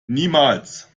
niemals